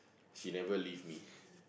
she never leave me